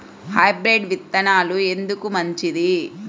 Hybrid విత్తనాలు ఎందుకు మంచిది?